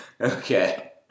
Okay